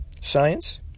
science